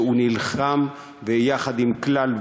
שנלחם יחד עם כלל,